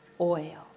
oil